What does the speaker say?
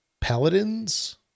paladins